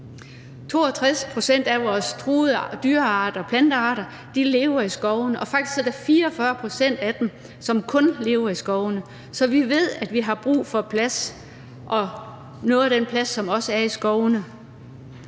62 pct. af vores truede dyrearter og plantearter lever i skovene, og faktisk er det 44 pct. af dem, som kun lever i skovene, så vi ved, at vi har brug for plads og også noget af den plads, som er i skovene.